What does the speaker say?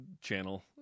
channel